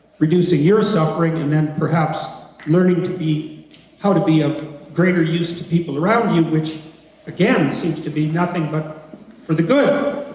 reducing your suffering and and perhaps, learning to be how to be a greater use to people around you, which again, seems to be nothing but for the good.